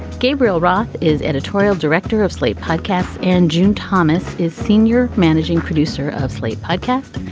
gabriel roth is editorial director of slate podcasts. and june thomas is senior managing producer of slate podcast.